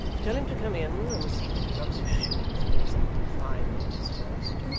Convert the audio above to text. tell him to come in, and see that he rubs his shoes for exactly five minutes first